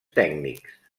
tècnics